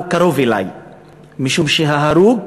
הוא קרוב אלי משום שההרוג,